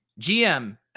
GM